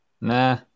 Nah